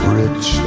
rich